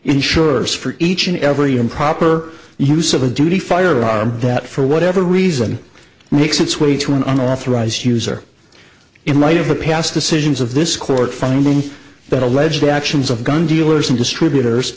insures for each and every improper use of a duty firearm that for whatever reason makes its way to an authorized user in light of the past decisions of this court finding that alleged actions of gun dealers and distributors